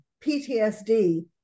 PTSD